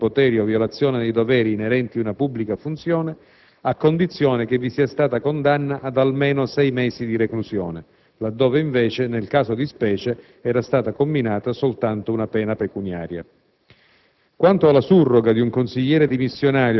o comunque per un reato commesso con abuso dei poteri o violazione dei doveri inerenti una pubblica funzione a condizione che vi sia stata condanna ad almeno sei mesi di reclusione, laddove invece nel caso di specie era stata comminata solo una pena pecuniaria.